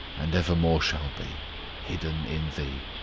and evermore shall be hidden in thee.